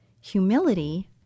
humility